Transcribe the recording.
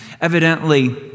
Evidently